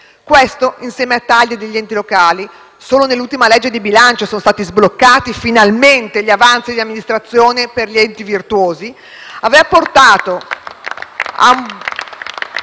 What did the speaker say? Questo, insieme ai tagli degli enti locali (solo nell'ultima legge di bilancio sono stati sbloccati finalmente gli avanzi di amministrazione per gli enti virtuosi),